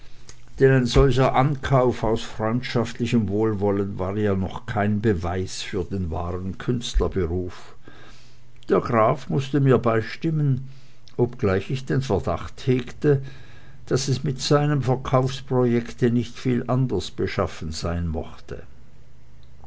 ein solcher ankauf aus freundschaftlichem wohlwollen war ja noch kein beweis für den wahren künstlerberuf der graf mußte mir beistimmen obgleich ich den verdacht hegte daß es mit seinem verkaufsprojekte nicht viel anders beschaffen sein mochte